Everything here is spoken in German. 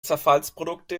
zerfallsprodukte